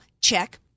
Check